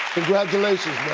congratulations